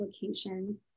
applications